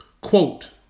Quote